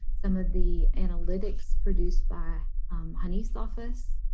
some of the analytics produced by hanif's office.